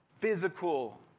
physical